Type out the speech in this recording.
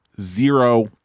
zero